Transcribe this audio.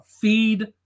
Feed